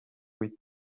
with